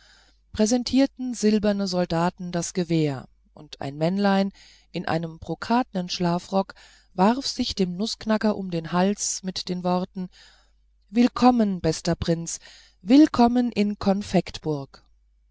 präsentierten silberne soldaten das gewehr und ein männlein in einem brokatnen schlafrock warf sich dem nußknacker an den hals mit den worten willkommen bester prinz willkommen in